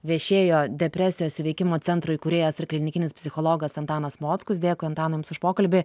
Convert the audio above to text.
viešėjo depresijos įveikimo centro įkūrėjas ir klinikinis psichologas antanas mockus dėkui antanai jums už pokalbį